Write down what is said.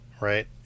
right